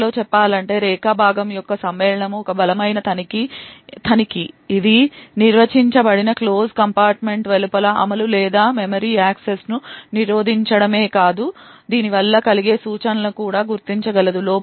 మాటలో చెప్పాలంటే segment matching ఒక బలమైన తనిఖీ ఇది నిర్వచించబడిన క్లోజ్డ్ కంపార్ట్మెంట్ వెలుపల అమలు లేదా మెమరీ యాక్సెస్ను నిరోధించడమే కాదు దీనివల్ల కలిగే సూచనలను కూడా గుర్తించగలదు